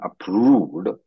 approved